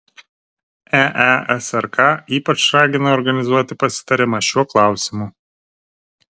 eesrk ypač ragina organizuoti pasitarimą šiuo klausimu